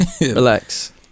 relax